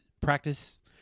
practice